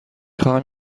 خواهم